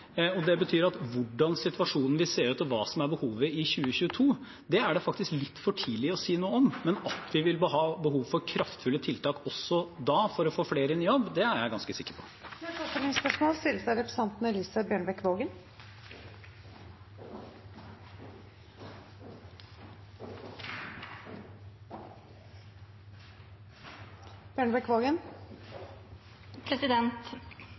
Det betyr at hvordan situasjonen vil se ut, og hva som er behovet i 2022, er det faktisk litt for tidlig å si noe om, men at vi vil ha behov for kraftfulle tiltak også da for å få flere inn i jobb, er jeg ganske sikker på. Elise Bjørnebekk-Waagen – til oppfølgingsspørsmål. Jeg registrerer at i flere av